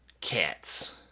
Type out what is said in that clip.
Cats